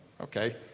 okay